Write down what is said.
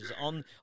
on